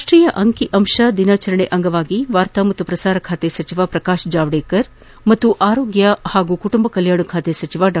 ರಾಷ್ಟೀಯ ಅಂಕಿಅಂಶ ದಿನದ ಅಂಗವಾಗಿ ವಾರ್ತಾ ಮತ್ತು ಪ್ರಸಾರ ಖಾತೆ ಸಚಿವ ಪ್ರಕಾಶ್ ಜಾವಡೇಕರ್ ಆರೋಗ್ಯ ಮತ್ತು ಕುಟುಂಬ ಕಲ್ಯಾಣ ಖಾತೆ ಸಚಿವ ಡಾ